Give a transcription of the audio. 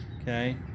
okay